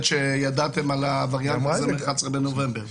ממש לא.